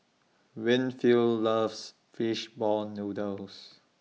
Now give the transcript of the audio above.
Winfield loves Fish Ball Noodles